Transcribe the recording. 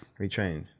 retrained